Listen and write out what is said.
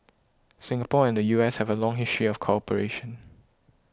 Singapore and the U S have a long history of cooperation